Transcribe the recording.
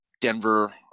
Denver